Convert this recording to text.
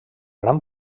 gran